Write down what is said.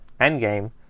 Endgame